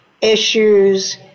issues